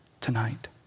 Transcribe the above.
tonight